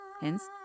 Hence